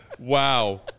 Wow